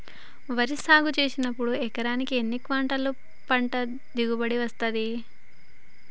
వరి సాగు చేసినప్పుడు ఎకరాకు ఎన్ని క్వింటాలు పంట దిగుబడి వస్తది?